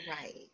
Right